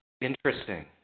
Interesting